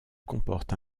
comporte